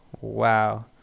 Wow